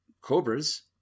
cobras